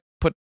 put